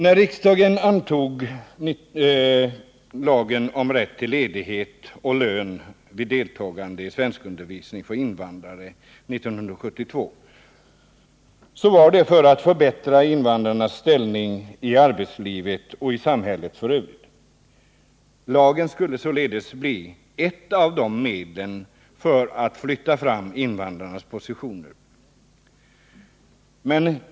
När riksdagen 1972 antog lagen om rätt till ledighet och lön vid deltagande i svenskundervisning för invandrare var det för att förbättra invandrarnas ställning i arbetslivet och i samhället i övrigt. Lagen skulle således bli ett av medlen för att flytta fram invandrarnas positioner.